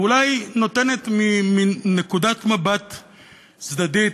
ואולי ניתנת מין נקודת מבט צדדית,